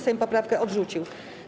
Sejm poprawkę odrzucił.